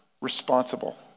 responsible